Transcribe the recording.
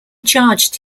charged